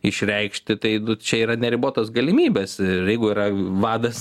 išreikšti tai čia yra neribotos galimybės ir jeigu yra vadas